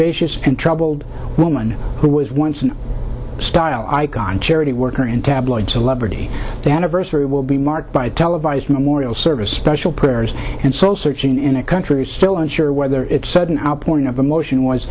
vicious and troubled woman who was once an style icon charity worker and tabloid celebrity the anniversary will be marked by televised memorial service special prayers and soul searching in a country still unsure whether its sudden outpouring of emotion was